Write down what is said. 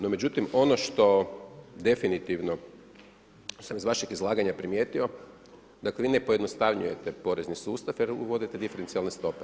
No međutim, ono što definitivno sam iz vašeg izlaganja primijetio, dakle vi ne pojednostavljujete porezni sustav jer uvodite diferencijalne stope.